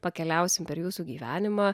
pakeliausim per jūsų gyvenimą